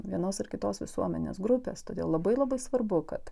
vienos ar kitos visuomenės grupės todėl labai labai svarbu kad